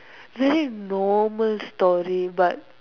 very normal story but